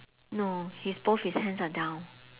no his both his hands are down